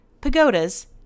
pagodas